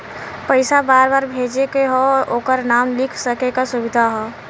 पइसा बार बार भेजे के हौ ओकर नाम लिख सके क सुविधा हौ